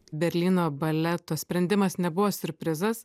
berlyno baleto sprendimas nebuvo siurprizas